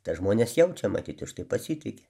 tą žmonės jaučia matyt už tai pasitiki